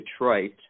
Detroit